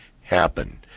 happen